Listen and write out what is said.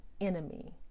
enemy